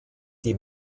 die